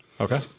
Okay